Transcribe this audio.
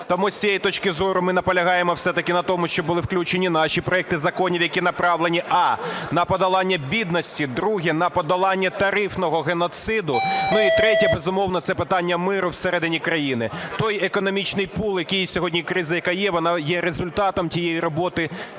Тому з цієї точки зору ми наполягаємо все-таки на тому, щоб були включені наші проекти законів, які направлені: а) на подолання бідності, друге – на подолання тарифного геноциду, і третє, безумовно, це питання миру всередині країни. Той економічний пул, який сьогодні, криза, яка є, вона є результатом тієї роботи